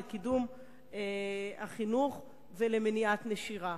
לקידום החינוך ולמניעת נשירה,